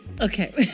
Okay